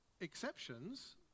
exceptions